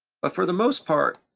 but for the most part,